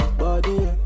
body